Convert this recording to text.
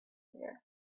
there